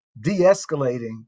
de-escalating